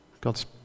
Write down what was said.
God's